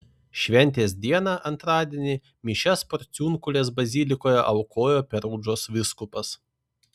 šventės dieną antradienį mišias porciunkulės bazilikoje aukojo perudžos vyskupas